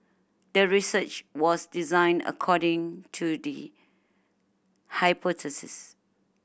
the research was designed according to the hypothesis